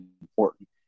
important